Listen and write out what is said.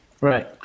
Right